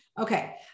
Okay